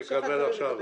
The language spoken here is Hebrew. בהמשך הדברים תקבל נוסח.